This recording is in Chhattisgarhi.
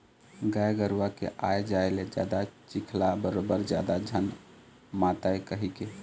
गाय गरूवा के आए जाए ले जादा चिखला बरोबर जादा झन मातय कहिके